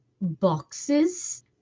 boxes